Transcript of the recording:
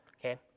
okay